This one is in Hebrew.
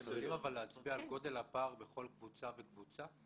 אתם יודעים אבל להצביע על גודל הפער בכל קבוצה וקבוצה?